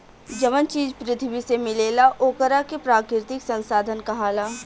जवन चीज पृथ्वी से मिलेला ओकरा के प्राकृतिक संसाधन कहाला